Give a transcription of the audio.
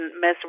mess